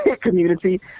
community